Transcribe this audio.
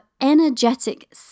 energetic